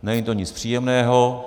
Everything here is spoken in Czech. Není to nic příjemného.